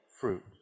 fruit